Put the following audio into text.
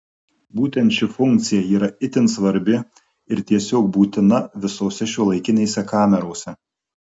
būtent ši funkcija yra itin svarbi ir tiesiog būtina visose šiuolaikinėse kamerose